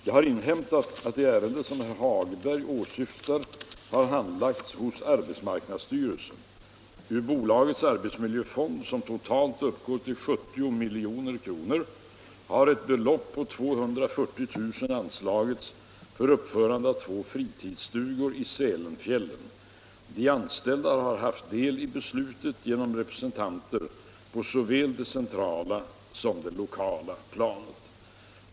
Jag har inhämtat att det ärende som herr Hagberg åsyftar har handlagts hos arbetsmarknadsstyrelsen. Ur bolagets arbetsmiljöfond — som totalt uppgår till 70 milj.kr. — har ett belopp på 240 000 kr. anslagits för uppförande av två fritidsstugor i Sälenfjällen. De anställda har haft del i beslutet genom representanter på såväl det centrala som det lokala planet.